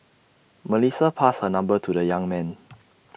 Melissa passed her number to the young man